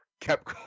kept